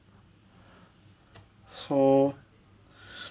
so